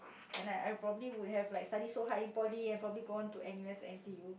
and I probably would have like studied so hard in poly and probably gone on to N_U_S N_T_U